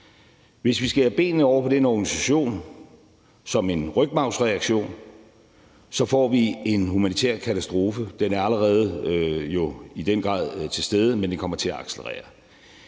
Hvis vi skærer benene over på den organisation som en rygmarvsreaktion, får vi en humanitær katastrofe. Den er allerede jo i den grad til stede, men den kommer til at accelerere.